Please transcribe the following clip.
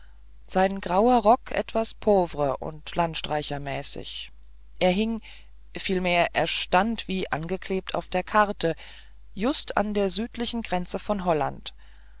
sein grauer rock etwas pauvre und landstreichermäßig er hing vielmehr er stand wie angeklebt auf der karte just an der südlichen grenze von holland